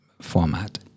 format